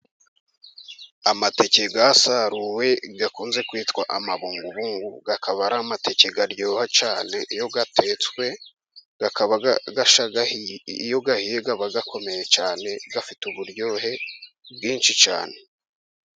Amateke yasaruwe akunze kwitwa amabubungu akaba ari amateke aryoha cyane iyo atetswe akaba ashya, iyo ahiye aba akomeye cyane afite uburyohe bwinshi cyane.